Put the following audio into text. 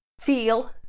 feel